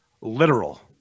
Literal